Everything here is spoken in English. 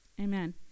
amen